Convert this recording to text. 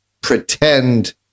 pretend